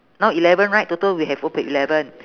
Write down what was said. now eleven right total we have both with eleven